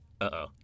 Uh-oh